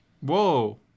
Whoa